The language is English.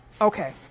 Okay